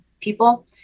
people